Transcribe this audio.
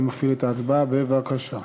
אני מפעיל את ההצבעה, בבקשה.